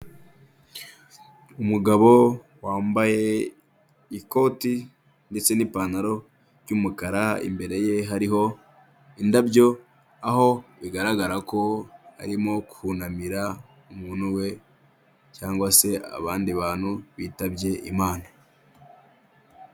Umugabo wambaye ikoti ndetse n'ipantaro y'umukara, imbere ye hariho indabyo aho igaragara ko arimo kunamira umuntu we cyangwa se abandi bantu bitabye imana.